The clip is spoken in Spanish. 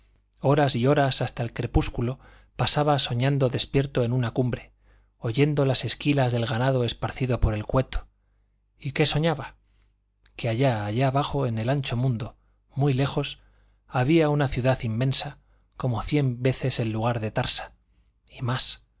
horas y horas hasta el crepúsculo pasaba soñando despierto en una cumbre oyendo las esquilas del ganado esparcido por el cueto y qué soñaba que allá allá abajo en el ancho mundo muy lejos había una ciudad inmensa como cien veces el lugar de tarsa y más